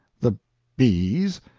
the b's!